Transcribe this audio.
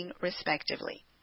respectively